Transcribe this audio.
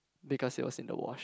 because it was in the wash